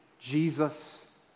Jesus